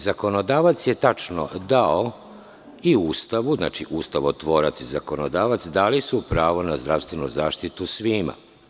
Zakonodavac je tačno dao i u Ustavu, znači, ustavotvorac i zakonodavac, dali su pravo na zdravstvenu zaštitu svima.